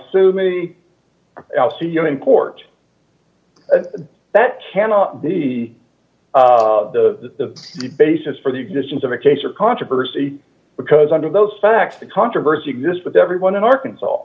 sue me i'll sue you in court that cannot be the basis for the existence of a case or controversy because under those facts the controversy exists but everyone in arkansas